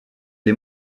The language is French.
les